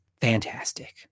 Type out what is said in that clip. fantastic